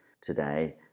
today